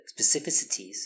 specificities